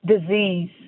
disease